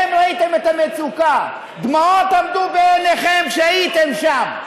ראיתם את המצוקה, דמעות עמדו בעיניכם כשהייתם שם.